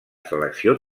selecció